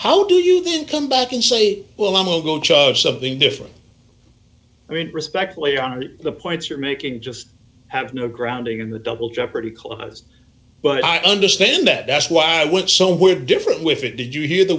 how do you then come back and say well i'm going to judge something different i mean respectfully on the points you're making just have no grounding in the double jeopardy clause but i understand that that's why i went somewhere different with it did you hear the